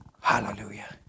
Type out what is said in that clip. Hallelujah